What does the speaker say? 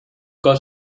got